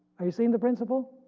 are you seen the principle?